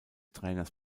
trainers